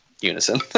unison